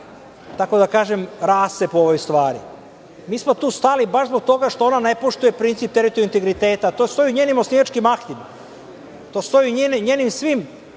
tako da kažem, rascep u ovoj stvari. Mi smo tu stali baš zbog toga što ono ne poštuje princip teritorijalnog integriteta. To stoji u njenim osnivačkim aktima. To stoji u njenim svim